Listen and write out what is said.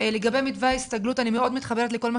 לגבי מתווה ההסתגלות אני מאוד מתחברת לכל מה